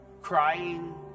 crying